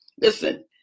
Listen